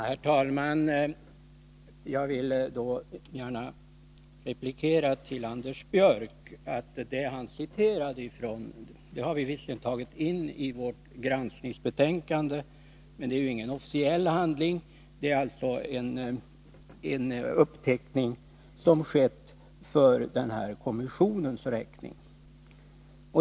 Herr talman! Jag vill till Anders Björck gärna replikera att den promemoria som han citerade från visserligen är intagen i vårt granskningsbetänkande men inte är någon officiell handling. Det är en uppteckning som har skett för Palmekommissionens räkning.